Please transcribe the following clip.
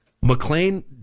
McLean